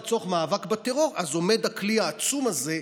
לצורך מאבק בטרור עומד הכלי העצום הזה.